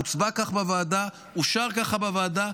הוצבע כך בוועדה ואושר ככה בוועדה.